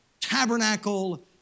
tabernacle